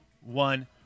one